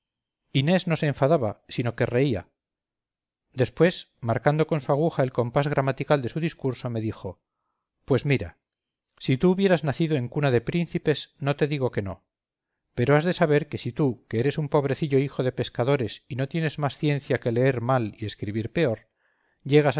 inés no se enfadaba sino que reía después marcando con su aguja el compás gramatical de su discurso me dijo pues mira si tú hubieras nacido en cuna de príncipes no te digo que no pero has de saber que si tú que eres un pobrecillo hijo de pescadores y no tienes más ciencia que leer mal y escribir peor llegas